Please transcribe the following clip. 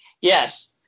Yes